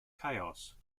chaos